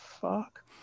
fuck